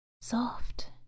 Soft